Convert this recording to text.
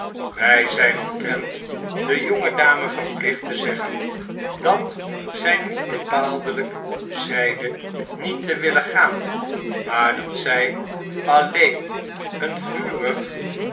wij zijn omtrent de jonge dame verplicht te zeggen dat zij niet bepaaldelijk zeide niet te willen gaan maar dat zij alleen een vurig